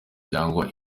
cyangwa